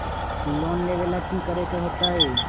Loan लेवेला की करेके होतई?